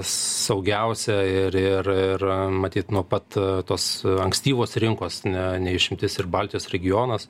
saugiausia ir ir ir matyt nuo pat tos ankstyvos rinkos ne ne išimtis ir baltijos regionas